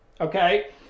okay